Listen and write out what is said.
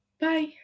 Bye